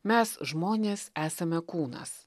mes žmonės esame kūnas